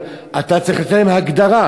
אתה צריך לתת להם הגדרה.